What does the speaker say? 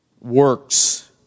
works